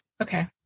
Okay